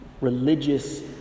religious